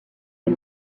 les